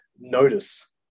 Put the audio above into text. notice